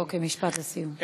אוקיי, משפט לסיום.